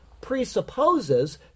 presupposes